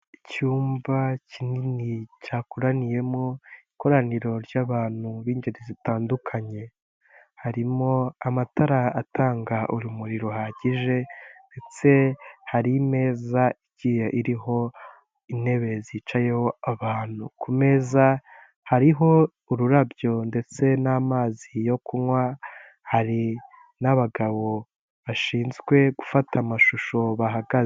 Icyumba kinini cyakoraniyemo ikoraniro ry'abantu b'ingeri zitandukanye harimo amatara atanga urumuri ruhagije ndetse hari meza igiye iriho intebe zicayeho abantu, ku meza hariho ururabyo ndetse n'amazi yo kunywa hari n'abagabo bashinzwe gufata amashusho bahagaze.